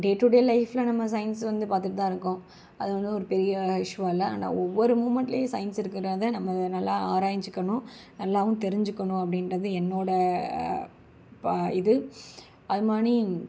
டே to day லைஃப்ல நம்ம science வந்து பார்த்துட்தான் இருக்கோம் அது வந்து ஒரு பெரிய இஸ்யூவாக இல்லை ஆனால் ஒவ்வொரு மூமெண்ட்லயும் சயின்ஸ் இருக்கிறத நம்ம நல்லா ஆராய்ஞ்சிக்கணும் நல்லாவும் தெரிஞ்சிக்கணும் அப்படின்றது என்னோடய இப்போ இது அதுமாரி